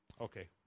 Okay